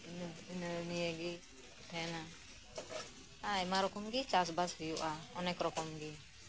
ᱤᱱᱟᱹ ᱱᱤᱭᱟᱹᱜᱤ ᱛᱟᱦᱮᱱᱟ ᱟᱭᱢᱟ ᱨᱚᱠᱚᱢᱜᱤ ᱪᱟᱥᱵᱟᱥ ᱦᱩᱭᱩᱜᱼᱟ ᱚᱱᱮᱠ ᱨᱚᱠᱚᱢᱜᱤ